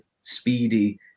speedy